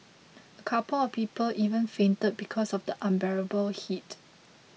a couple of people even fainted because of the unbearable heat